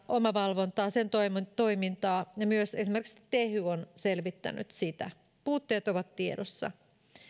omavalvontaa sen toimintaa ja myös esimerkiksi tehy on selvittänyt sitä puutteet ovat tiedossa